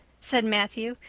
said matthew,